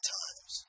times